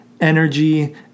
energy